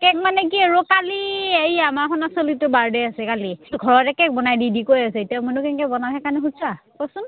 cake মানে কি আৰু কালি এই আমাৰ সোণাৰ ছোৱালীটোৰ বাৰ্থডে আছে কালি ঘৰতে কেক বনাই দি দি কৈ আছে এতিয়া মইনো কেনকে বনাওঁ সেইকাৰণে সুধছা ক'চোন